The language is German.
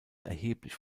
erheblich